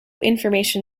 information